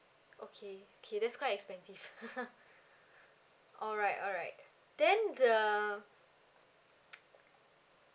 okay okay that's quite expensive alright alright then the um